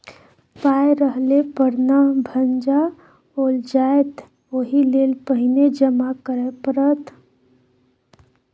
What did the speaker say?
पाय रहले पर न भंजाओल जाएत ओहिलेल पहिने जमा करय पड़त